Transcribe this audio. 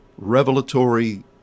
Revelatory